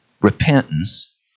repentance